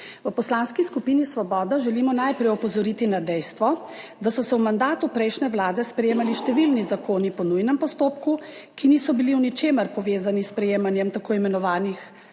V Poslanski skupini Svoboda želimo najprej opozoriti na dejstvo, da so se v mandatu prejšnje Vlade sprejemali številni zakoni po nujnem postopku, ki niso bili v ničemer povezani s sprejemanjem tako imenovanih